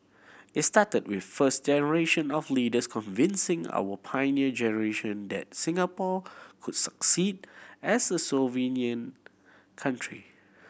it started with first generation of leaders convincing our Pioneer Generation that Singapore could succeed as a sovereign country